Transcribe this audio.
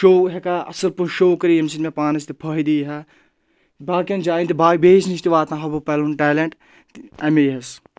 show ہؠکہہ اَصٕل پٲٹھۍ شو کٔرِتھ ییٚمہِ سۭتۍ مےٚ پانس تہِ فٲہِدٕ یہِ ہا باقین جاین تہِ بیٚیس نِش تہِ واتان ہو بہٕ پَنُن ٹیلنٹ امے حظ